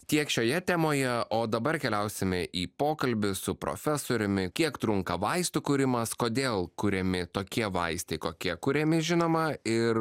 tiek šioje temoje o dabar keliausime į pokalbį su profesoriumi kiek trunka vaistų kūrimas kodėl kuriami tokie vaistai kokie kuriami žinoma ir